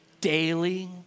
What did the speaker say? Daily